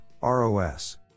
ROS